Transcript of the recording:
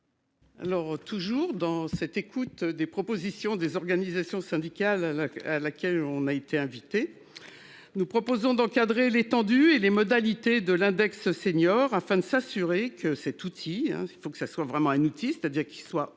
Alors toujours dans cette écoute des propositions des organisations syndicales à la, à laquelle on a été invité. Nous proposons d'encadrer l'étendue et les modalités de l'index seniors afin de s'assurer que cet outil, il faut que ça soit vraiment un outil, c'est-à-dire qu'ils soient opérant